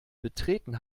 betreten